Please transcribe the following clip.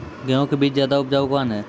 गेहूँ के बीज ज्यादा उपजाऊ कौन है?